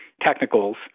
technicals